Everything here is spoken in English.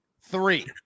Three